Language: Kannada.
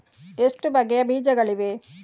ಎಷ್ಟು ಬಗೆಯ ಬೀಜಗಳಿವೆ?